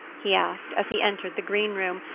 he asked, as he entered the green room,